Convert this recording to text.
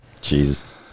Jesus